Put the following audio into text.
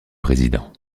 président